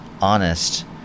Honest